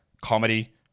comedy